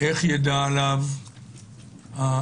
איך יידע עליו הסנגור?